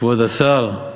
אני דווקא ראיתי